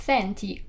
Senti